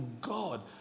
God